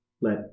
let